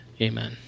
Amen